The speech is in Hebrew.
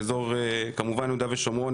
באזור כמובן יהודה ושומרון,